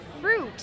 fruit